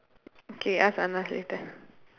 okay ask anand later